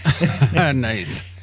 nice